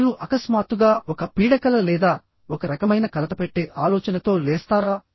మీరు అకస్మాత్తుగా ఒక పీడకల లేదా ఒక రకమైన కలతపెట్టే ఆలోచనతో లేస్తారా